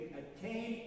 attain